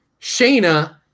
Shayna